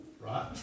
Right